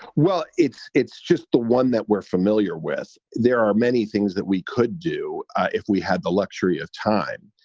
well, it's it's just the one that we're familiar with. there are many things that we could do if we had the luxury of time.